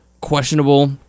questionable